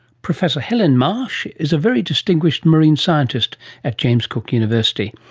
professor helene marsh is a very distinguished marine scientist at james cook university.